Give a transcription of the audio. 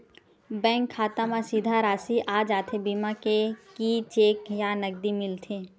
Bank खाता मा सीधा राशि आ जाथे बीमा के कि चेक या नकदी मिलथे?